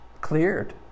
cleared